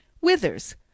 withers